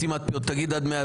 סתימת פיות, תגיד עד מאה.